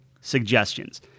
suggestions